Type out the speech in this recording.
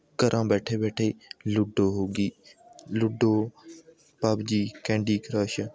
ਘਰਾਂ ਬੈਠੇ ਬੈਠੇ ਲੂਡੋ ਹੋ ਗਈ ਲੂਡੋ ਪੱਬਜੀ ਕੈਂਡੀ ਕਰੱਸ਼